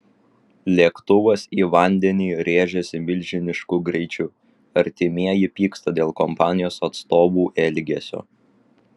lėktuvas į vandenį rėžėsi milžinišku greičiu artimieji pyksta dėl kompanijos atstovų elgesio